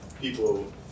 people